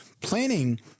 planning